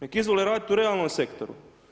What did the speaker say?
Neka izvole raditi u realnom sektoru.